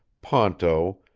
ponto,